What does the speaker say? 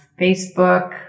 Facebook